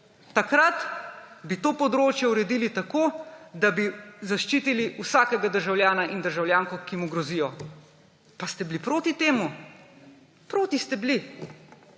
Takrat bi to področje uredili tako, da bi zaščitili vsakega državljana in državljanko, ki mu grozijo, pa ste bili proti temu. Proti ste bili!